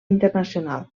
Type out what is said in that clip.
internacional